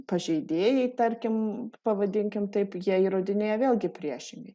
pažeidėjai tarkim pavadinkim taip jie įrodinėja vėlgi priešingai